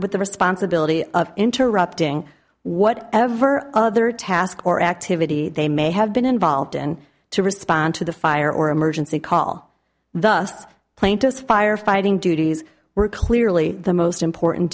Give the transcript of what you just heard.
with the responsibility of interrupting what ever other task or activity they may have been involved in to respond to the fire or emergency call thus plaintiff fire fighting duties were clearly the most important